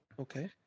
okay